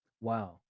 Wow